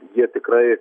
jie tikrai